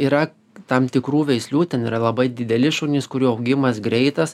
yra tam tikrų veislių ten yra labai dideli šunys kurių augimas greitas